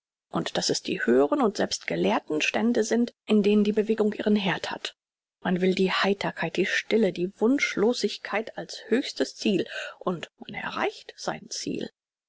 und daß es die höheren und selbst gelehrten stände sind in denen die bewegung ihren herd hat man will die heiterkeit die stille die wunschlosigkeit als höchstes ziel und man erreicht sein ziel